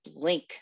blink